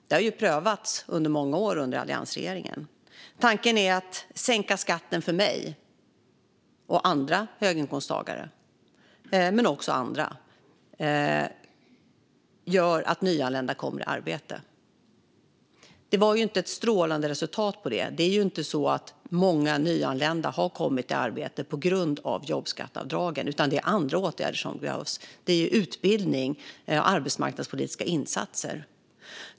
Det har prövats under många år under alliansregeringen. Tanken är att sänka skatten för mig och andra höginkomsttagare, men även för andra, och att detta ska göra att nyanlända kommer i arbete. Det var ju inte ett strålande resultat i fråga om det. Det är inte så att många nyanlända har kommit i arbete på grund av jobbskatteavdragen, utan det är andra åtgärder som behövs. Det handlar om utbildning och arbetsmarknadspolitiska insatser.